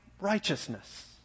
righteousness